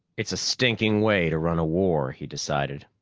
it's a stinking way to run a war, he decided.